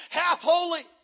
half-holy